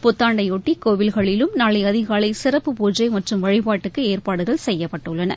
புத்தாண்டையொட்டி கோவில்களிலும் நாளை அதிகாலை சிறப்பு பூஜை மற்றும் வழிபாட்டுக்கு ஏற்பாடுகள் செய்யப்பட்டுள்ளன